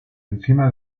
encima